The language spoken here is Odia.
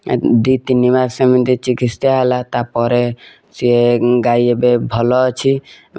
ଦୁଇ ତିନି ମାସ ଏମିତି ଚିକିତ୍ସା ହେଲା ତା'ପରେ ସିଏ ଗାଈ ଏବେ ଭଲ ଅଛି